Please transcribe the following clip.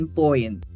point